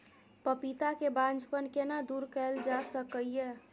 पपीता के बांझपन केना दूर कैल जा सकै ये?